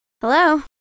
Hello